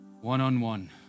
One-on-one